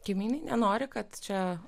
kaimynai nenori kad čia